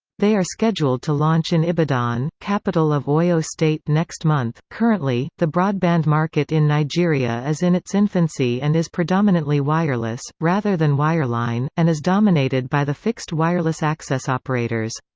they are scheduled to launch in ibadan, capital of oyo state next month currently, the broadband market in nigeria is in its infancy and is predominantly wireless, rather than wireline, and is dominated by the fixed wireless access operators.